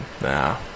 nah